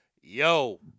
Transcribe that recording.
yo